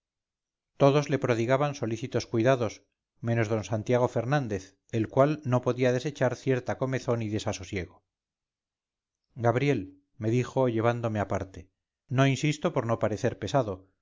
todos le prodigaban solícitos cuidados menos d santiago fernández el cual no podía desechar cierta comezón y desasosiego gabriel me dijo llevándome aparte no insisto por no parecer pesado